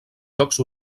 jocs